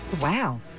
Wow